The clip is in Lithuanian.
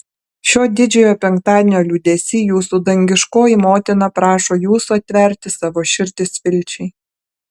šio didžiojo penktadienio liūdesy jūsų dangiškoji motina prašo jūsų atverti savo širdis vilčiai